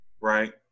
right